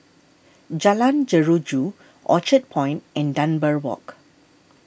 Jalan Jeruju Orchard Point and Dunbar Walk